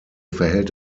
verhält